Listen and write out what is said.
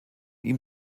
ihm